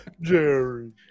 jerry